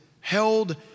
held